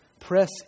press